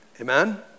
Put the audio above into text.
Amen